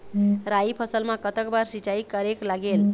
राई फसल मा कतक बार सिचाई करेक लागेल?